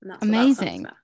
Amazing